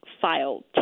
filed